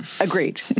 Agreed